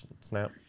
snap